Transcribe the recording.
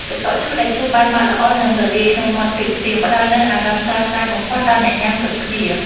ទឹកកកដែលឈូសបានម៉ត់ល្អនិងរលាយក្នុងមាត់ភ្លាមៗផ្តល់នូវអារម្មណ៍ស្រស់ស្រាយបំផុតដល់អ្នកញ៉ាំគ្រប់គ្នា។